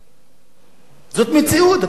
זאת מציאות, אתה לא יכול אפילו לסתור אותה.